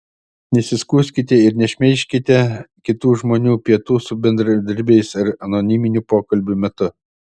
nesiskųskite ir nešmeižkite kitų žmonių pietų su bendradarbiais ar anoniminių pokalbių metų